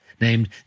named